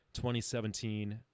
2017